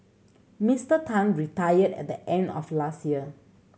Mister Tan retired at the end of last year